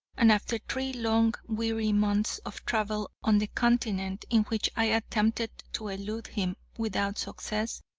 and after three long, weary months of travel on the continent, in which i attempted to elude him, without success,